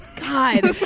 God